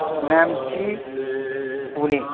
Namchi Pune